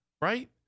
right